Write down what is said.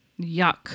Yuck